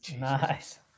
Nice